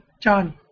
John